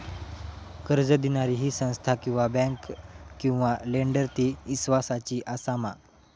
कर्ज दिणारी ही संस्था किवा बँक किवा लेंडर ती इस्वासाची आसा मा?